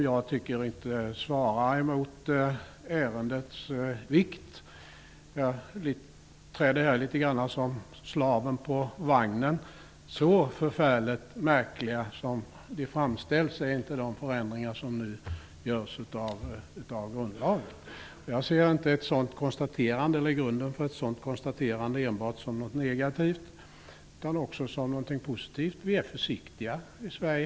Jag tycker inte att de svarar mot ärendets vikt. Jag uppträder här litet grand som slaven på vagnen. De förändringar av grundlagen som nu föreslås är inte så förfärligt märkliga som de framställs. Jag ser inte grunden för ett sådant konstaterande som något enbart negativt utan också som något positivt. Vi är försiktiga i Sverige.